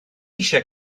eisiau